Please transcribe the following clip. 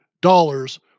dollars